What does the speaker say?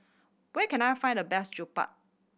where can I find the best Jokbal